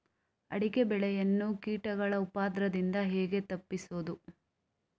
ಅಡಿಕೆ ಬೆಳೆಯನ್ನು ಕೀಟಗಳ ಉಪದ್ರದಿಂದ ಹೇಗೆ ತಪ್ಪಿಸೋದು?